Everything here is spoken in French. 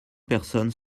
personnes